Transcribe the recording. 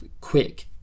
quick